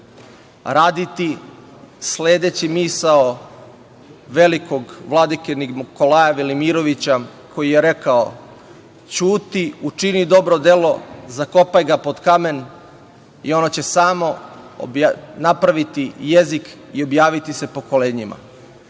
raditi, sledeći misao velikog Vladike Nikolaja Velimirovića koji je rekao – ćuti i čini dobro delo, zakopaj ga pod kamen i ono će samo napraviti jezik i objaviti se pokolenjima.